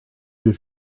due